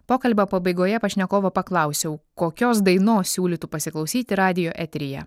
pokalbio pabaigoje pašnekovo paklausiau kokios dainos siūlytų pasiklausyti radijo eteryje